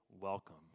welcome